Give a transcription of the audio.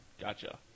Gotcha